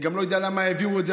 אני גם לא יודע למה העבירו את זה,